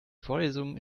vorlesung